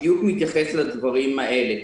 מתייחס בדיוק לדברים האלה.